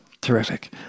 Terrific